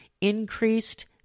increased